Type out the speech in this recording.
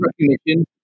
recognition